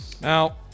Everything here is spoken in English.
Now